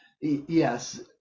yes